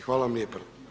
Hvala vam lijepo.